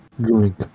drink